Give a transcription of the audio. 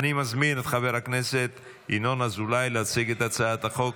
חושב שזאת הצעה מצוינת.